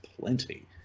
plenty